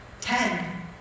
Ten